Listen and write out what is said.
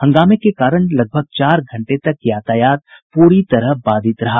हंगामे के कारण लगभग चार घंटे तक यातायात पूरी तरह से बाधित रहा